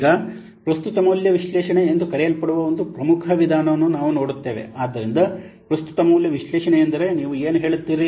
ಈಗ ಪ್ರಸ್ತುತ ಮೌಲ್ಯ ವಿಶ್ಲೇಷಣೆ ಎಂದು ಕರೆಯಲ್ಪಡುವ ಒಂದು ಪ್ರಮುಖ ವಿಧಾನವನ್ನು ನಾವು ನೋಡುತ್ತೇವೆ ಆದ್ದರಿಂದ ಪ್ರಸ್ತುತ ಮೌಲ್ಯ ವಿಶ್ಲೇಷಣೆಯೆಂದರೆ ನೀವು ಏನು ಹೇಳುತ್ತೀರಿ